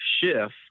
shift